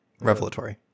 Revelatory